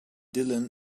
dylan